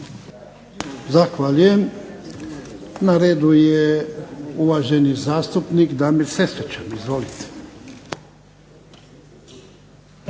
Zahvaljujem. Na redu je uvaženi zastupnik Damir Sesvečan. Izvolite.